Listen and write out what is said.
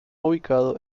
ubicado